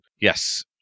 yes